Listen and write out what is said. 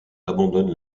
abandonnent